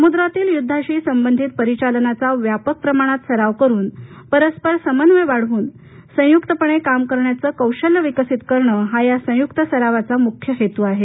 समुद्रातील युद्धाशी संबंधित परिचालनाचा व्यापक प्रमाणात सराव करून परस्पर समन्वय वाढवून संयुक्तपणे काम करण्याचं कौशल्य विकसित करणं हा या संयुक्त सरावाचा मुख्य हेतू आहे